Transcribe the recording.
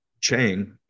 Chang